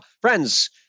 Friends